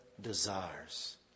desires